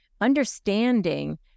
understanding